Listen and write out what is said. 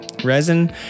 Resin